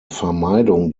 vermeidung